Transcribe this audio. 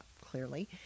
clearly